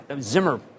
Zimmer